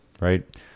right